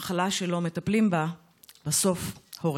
מחלה שלא מטפלים בה בסוף הורגת.